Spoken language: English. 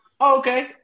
Okay